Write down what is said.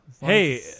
Hey